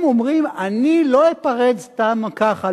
הם אומרים: אני לא אפרד סתם ככה,